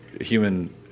human